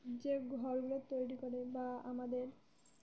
যে ঘরগুলো তৈরি করে বা আমাদের